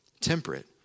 temperate